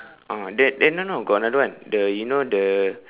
ah then eh no no got another one the you know the